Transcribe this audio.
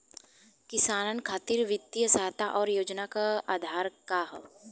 किसानन खातिर वित्तीय सहायता और योजना क आधार का ह?